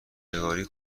نگاری